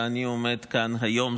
ואני עומד כאן היום,